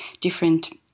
different